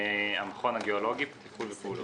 והמכון הגאולוגי תפעול ופעולות.